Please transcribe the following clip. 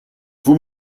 vous